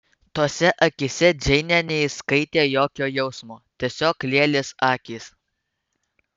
tose akyse džeinė neįskaitė jokio jausmo tiesiog lėlės akys